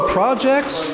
Projects